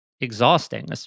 exhausting